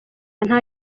nta